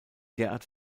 derart